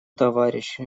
товарищи